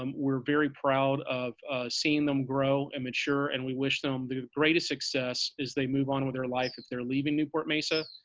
um we're very proud of seeing them grow and mature and we wish them the greatest success as they move on with their life if they're leaving newport mesa,